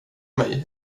mig